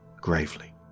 gravely